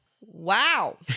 Wow